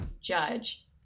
judge